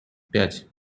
пять